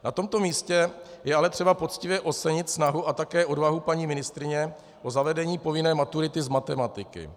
Na tomto místě je ale třeba poctivě ocenit snahu a také odvahu paní ministryně o zavedení povinné maturity z matematiky.